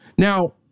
Now